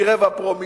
מרבע פרומיל,